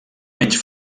menys